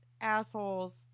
assholes